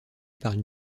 par